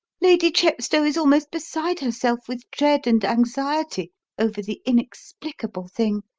lady chepstow is almost beside herself with dread and anxiety over the inexplicable thing,